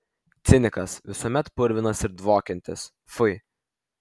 cinikas visuomet purvinas ir dvokiantis pfui